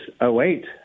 08